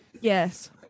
Yes